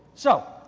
so,